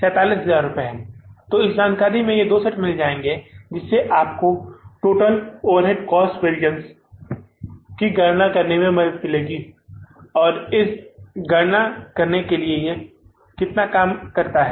तो इससे आपको जानकारी के ये दो सेट मिल जाएंगे जिससे आपको टोटल ओवरहेड कॉस्ट वैरिअन्स की गणना करने में मदद मिलेगी और यह गणना करने के लिए कि यह कितना काम करता है